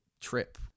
trip